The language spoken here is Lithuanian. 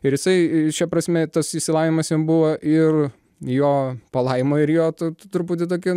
ir jisai šia prasme tas išsilavinimas jam buvo ir jo palaima ir jo tu truputį tokia